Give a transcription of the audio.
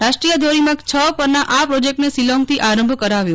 રાષ્ટ્રીય ધોરીમાર્ગ છ પરના આ પ્રોજેકટને શીલોંગથી આરંભ કરાવ્યો